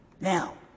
Now